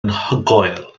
anhygoel